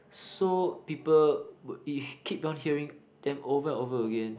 so people would if keep on hearing them over and over again